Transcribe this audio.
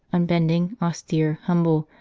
unbending, austere, humble,